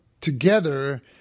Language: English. together